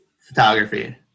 photography